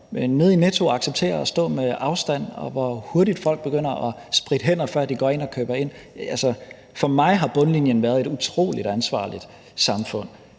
nede i Netto har accepteret at stå med afstand, og hvor hurtigt folk begynder at spritte hænder, før de går ind og køber ind. For mig har bundlinjen været et utrolig ansvarligt samfund.